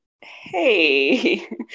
hey